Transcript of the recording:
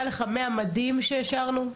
מהמדים שאישרנו,